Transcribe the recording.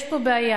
יש פה בעיה,